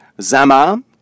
Zama